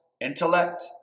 intellect